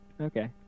Okay